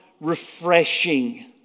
refreshing